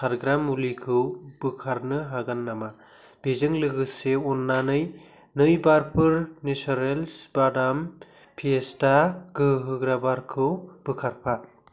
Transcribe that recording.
सारग्रा मुलिखौ बोखारनो हागोन नामा बेजों लोगोसे अननानै नै बारफोर नेचारेल्स बादाम फियेस्टा गोहोहोग्रा बारखौ बोखारफा